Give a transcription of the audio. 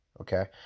Okay